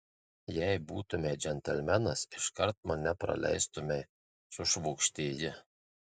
jei būtumei džentelmenas iškart mane praleistumei sušvokštė ji